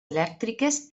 elèctriques